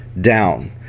down